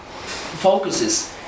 focuses